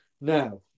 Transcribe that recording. Now